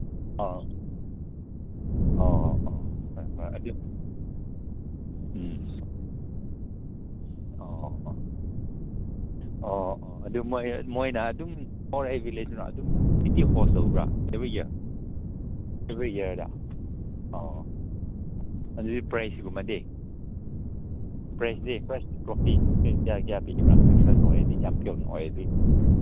ꯑꯥ ꯑꯥ ꯑꯥ ꯑꯥ ꯍꯣꯏ ꯍꯣꯏ ꯑꯗꯨ ꯎꯝ ꯑꯣ ꯑꯣ ꯑꯣ ꯑꯣ ꯑꯗꯨ ꯃꯣꯏꯅ ꯑꯗꯨꯝ ꯄꯥꯎꯔꯩ ꯚꯤꯂꯦꯖꯅ ꯑꯗꯨꯝ ꯅꯨꯡꯇꯤꯒꯤ ꯍꯣꯁ ꯇꯧꯕ꯭ꯔꯥ ꯑꯦꯕ꯭ꯔꯤ ꯏꯌꯔ ꯑꯦꯕ꯭ꯔꯤ ꯏꯌꯔꯗ ꯑꯣ ꯑꯗꯨꯗꯤ ꯄ꯭ꯔꯥꯏꯁꯀꯨꯝꯕꯗꯤ ꯄ꯭ꯔꯥꯏꯁꯇꯤ ꯄ꯭ꯔꯥꯏꯁꯇꯤ ꯇ꯭ꯔꯣꯐꯤ ꯅꯣꯏ ꯀꯌꯥ ꯀꯌꯥ ꯄꯤꯕ꯭ꯔꯥ ꯍꯣꯏ ꯐ꯭ꯔꯦꯁ ꯑꯣꯏꯔꯗꯤ ꯆꯦꯝꯄꯤꯌꯣꯟ ꯑꯣꯏꯔꯗꯤ